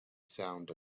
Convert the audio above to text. sound